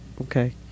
Okay